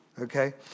okay